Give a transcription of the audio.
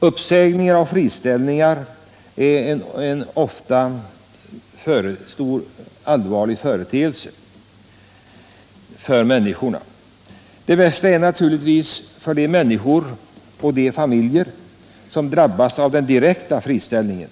Uppsägningar och friställningar är ofta en allvarlig sak för människorna. Det är naturligtvis värst för de människor och de familjer som drabbas av den direkta friställningen.